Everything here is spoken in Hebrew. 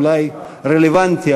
אולי הרלוונטי,